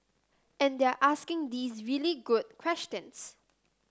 and they're asking these really good questions